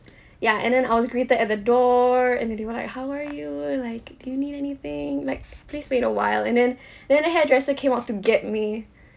ya and then I was greeted at the door and then they were like how are you like do you need anything like please wait a while and then then the hairdresser came out to get me